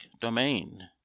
domain